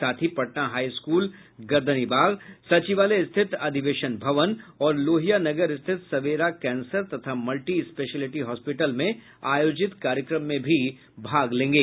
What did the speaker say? साथ ही Patna high school Gardanibagh सचिवालय स्थित अधिवेशन भवन और लोहिया नगर स्थित सवेरा कैंसर तथा मल्टी स्पेशिएलिटी हॉस्पिटल में आयोजित कार्यक्रम में भी भाग लेंगे